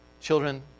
Children